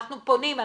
אנחנו פונים,